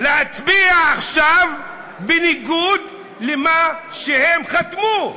להצביע עכשיו בניגוד למה שהם חתמו.